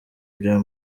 bya